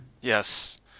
Yes